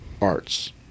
arts